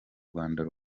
rwanda